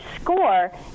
score